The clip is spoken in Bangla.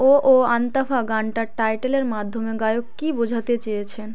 ও ও আন্তাভা গানটার টাইটেলের মাধ্যমে গায়ক কী বোঝাতে চেয়েছেন